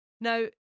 Now